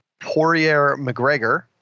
Poirier-McGregor